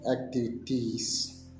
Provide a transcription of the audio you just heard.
activities